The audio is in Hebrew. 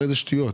זה שטויות.